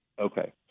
Okay